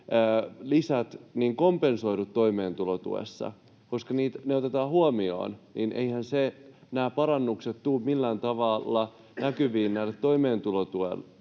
lapsilisät kompensoidu toimeentulotuessa, koska ne otetaan huomioon. Eiväthän nämä parannukset tule millään tavalla näkyviin näille toimeentulotuen